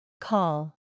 Call